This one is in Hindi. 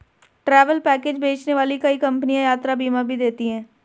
ट्रैवल पैकेज बेचने वाली कई कंपनियां यात्रा बीमा भी देती हैं